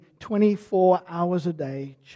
24-hours-a-day